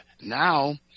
Now